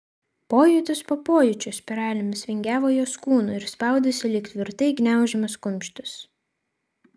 pojūtis po pojūčio spiralėmis vingiavo jos kūnu ir spaudėsi lyg tvirtai gniaužiamas kumštis